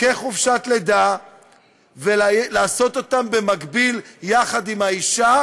כחופשת לידה ולעשות אותם במקביל, יחד עם האישה,